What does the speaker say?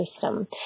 system